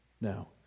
Now